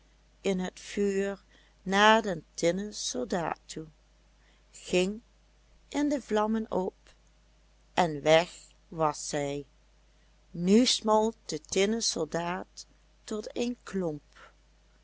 in het vuur naar den tinnen soldaat toe ging in de vlammen op en weg was zij nu smolt de tinnen soldaat tot een klomp